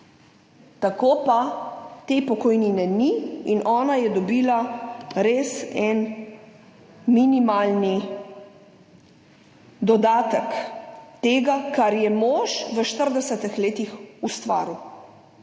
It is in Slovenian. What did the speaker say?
tako pa te pokojnine ni. In ona je dobila res en minimalni dodatek tega, kar je mož v 40 letih ustvaril.